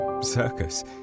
Circus